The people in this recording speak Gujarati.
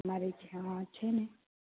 તમારે જ્યાં છેને